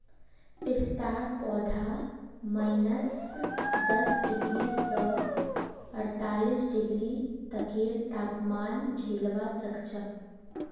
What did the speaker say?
पिस्तार पौधा माइनस दस डिग्री स अड़तालीस डिग्री तकेर तापमान झेलवा सख छ